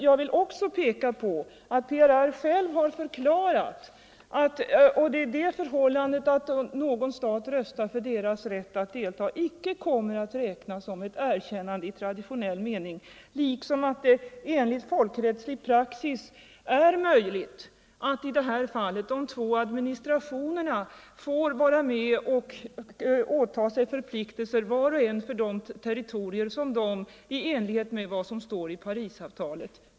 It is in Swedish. PRR har dessutom förklarat att om någon stat röstar för dess rätt att delta kommer det icke att räknas som ett erkännande i traditionell mening. Det är också enligt folkrättslig praxis möjligt att båda dessa administrationer får åta sig förpliktelser, var och en för de territorier som de behärskar i enlighet med vad som står i Parisavtalet.